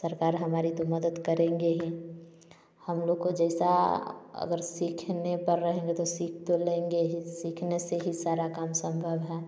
सरकार हमारी तो मदद करेंगे ही हम लोग को जैसे अगर सीखने पर रहेंगे तो सीख तो लेंगे ही सीखने से ही सारा काम संभव है